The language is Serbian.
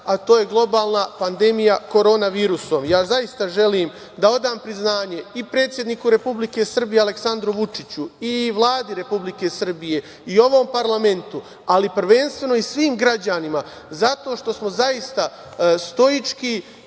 a to je globalna pandemija korona virusom. Zaista želim da odam priznanje i predsedniku Republike Srbije, Aleksandru Vučiću, i Vladi Republike Srbije i ovom parlamentu, ali prvenstveno i svim građanima zato što smo zaista stoički